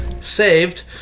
saved